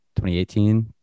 2018